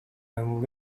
and